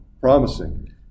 promising